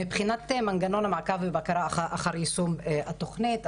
מבחינת מנגנון המעקב ובקרה אחר יישום התוכנית,